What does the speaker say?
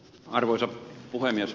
arvoisa puhemies